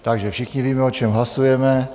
Takže všichni víme, o čem hlasujeme.